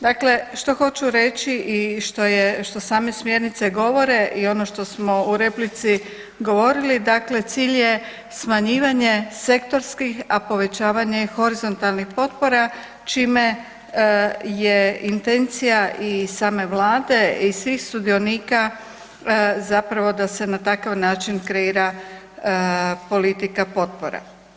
Dakle, što hoću reći i što je, što same smjernice govore i ono što smo u replici govorili, dakle cilj je smanjivanje sektorskih, a povećavanje horizontalnih potpora čime je intencija i same vlade i svih sudionika zapravo da se na takav način kreira politika potpora.